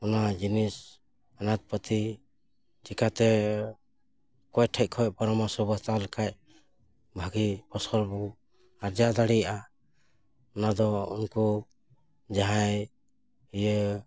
ᱚᱱᱟ ᱡᱤᱱᱤᱥ ᱟᱱᱟᱡᱽ ᱯᱟᱹᱛᱤ ᱪᱮᱠᱟᱛᱮ ᱚᱠᱚᱭᱴᱷᱮᱱ ᱠᱷᱚᱱ ᱯᱚᱨᱟᱢᱚᱨᱥᱚ ᱵᱚ ᱦᱟᱛᱟᱣ ᱞᱮᱠᱷᱟᱱ ᱵᱷᱟᱹᱜᱤ ᱯᱷᱚᱥᱚᱞ ᱵᱚ ᱟᱨᱡᱟᱣ ᱫᱟᱲᱮᱭᱟᱜᱼᱟ ᱱᱚᱣᱟ ᱫᱚ ᱩᱱᱠᱩ ᱡᱟᱦᱟᱸᱭ ᱤᱭᱟᱹ